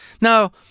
Now